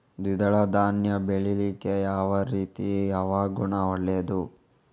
ದ್ವಿದಳ ಧಾನ್ಯ ಬೆಳೀಲಿಕ್ಕೆ ಯಾವ ರೀತಿಯ ಹವಾಗುಣ ಒಳ್ಳೆದು?